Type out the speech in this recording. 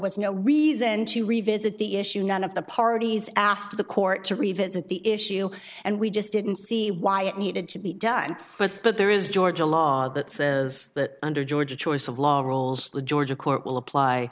was no reason to revisit the issue none of the parties asked the court to revisit the issue and we just didn't see why it needed to be done with but there is georgia law that says that under georgia choice of law rules the georgia court will apply